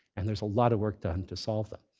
and there's a lot of work done to solve them.